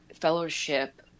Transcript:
fellowship